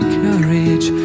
courage